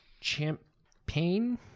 Champagne